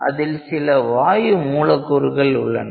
இதில் சில வாயு மூலக்கூறுகள் உள்ளன